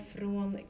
Från